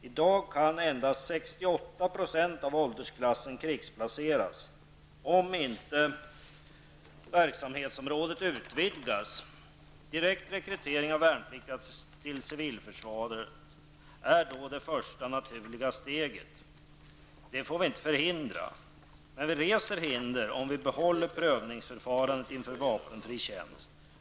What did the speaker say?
I dag kan endast 68 % av en åldersklass krigsplaceras om inte verksamhetsområdet utvidgas. Direkt rekrytering av värnpliktiga till civilförsvaret är då det första naturliga steget. Det får vi inte förhindra. Men vi reser hinder om vi behåller prövningsförfarandet inför vapenfri tjänst.